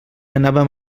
anàvem